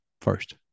first